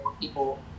people